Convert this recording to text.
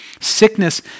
Sickness